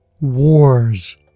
wars